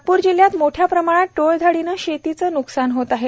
नागपूर जिल्ह्यात मोठ्या प्रमाणात टोळधाडीने शेतीचे नुकसान होत आहे